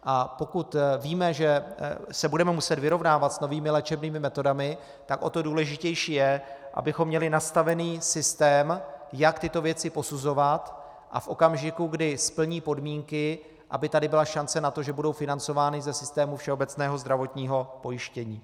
A pokud víme, že se budeme muset vyrovnávat s novými léčebnými metodami, tak o to důležitější je, abychom měli nastavený systém, jak tyto věci posuzovat, a v okamžiku, kdy splní podmínky, aby tady byla šance na to, že budou financovány ze systému všeobecného zdravotního pojištění.